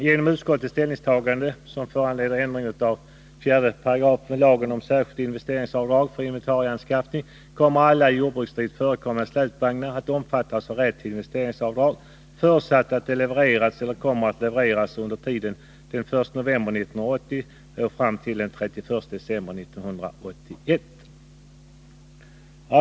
Genom utskottets ställningstagande, som föranleder ändring av 4 § lagen om särskilt investeringsavdrag för inventarieanskaffning, kommer alla i jordbruket förekommande släpvagnar att omfattas av rätt till investeringsavdrag, förutsatt att de levererats eller kommer att levereras under tiden den 1 november 1980 till den 31 december 1981.